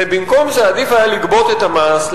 ובמקום זה עדיף היה לגבות את המס,